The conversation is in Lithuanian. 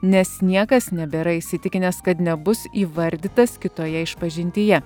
nes niekas nebėra įsitikinęs kad nebus įvardytas kitoje išpažintyje